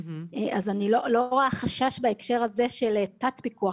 אז אני לא רואה חשש בהקשר הזה של תת פיקוח.